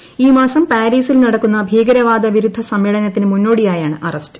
ഇത് മാസം പാരീസിൽ നടക്കുന്ന ഭീകരവാദ വിരുദ്ധ സമ്മേളനത്തിന് മുന്നോടിയായാണ് അറസ്റ്റ്